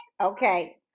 Okay